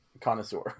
connoisseur